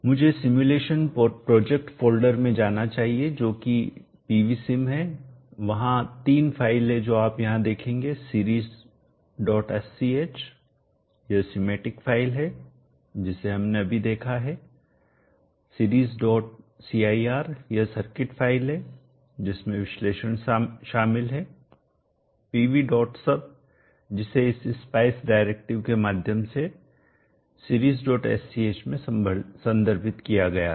मुझे simulation project folder में जाना चाहिए जो कि pvsim है वहां तीन फाइल हैं जो आप यहां देखेंगे Seriessch यह सीमेटिक फाइल है जिसे हमने अभी देखा है Seriescir यह सर्किट फ़ाइल है जिसमें विश्लेषण शामिल है pvsub जिसे इस स्पाइस डायरेक्टिव के माध्यम से seriessch में संदर्भित किया गया था